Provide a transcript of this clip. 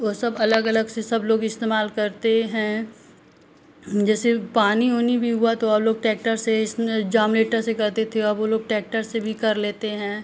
वो सब अलग अलग से सब लोग इस्तेमाल करते हैं जैसे पानी ओनी वी हुआ तो और लोग टैक्टर से जामरेटर से करते थे अब वो लोग टैक्टर से भी कर लेते हैं